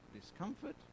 discomfort